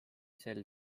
sel